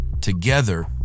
Together